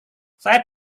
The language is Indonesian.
saya